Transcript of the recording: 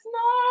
no